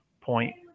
point